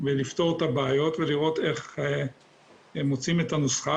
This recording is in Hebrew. ולפתור את הבעיות ולראות איך מוצאים את הנוסחה